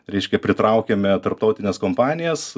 reiškia pritraukiame tarptautines kompanijas